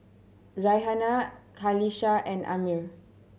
Raihana Qalisha and Ammir